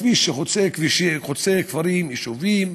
כביש שחוצה כפרים, יישובים,